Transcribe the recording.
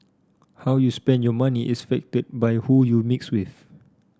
how you spend your money is affected by who you mix with